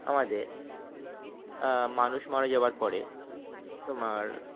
আমাদের মানুষ মারা যাওয়ার পরে তোমার